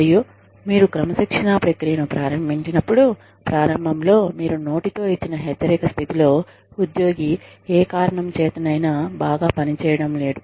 మరియు మీరు క్రమశిక్షణా ప్రక్రియను ప్రారంభించినప్పుడు ప్రారంబంలో మీరు నోటితో ఇచ్చిన హెచ్చరిక స్థితిలో ఉద్యోగి ఏ కారణం చేతనైనా బాగా పని చేయలేడు